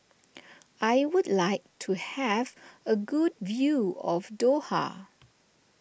I would like to have a good view of Doha